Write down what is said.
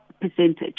percentage